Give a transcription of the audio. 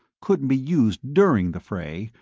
couldn't be used during the fray,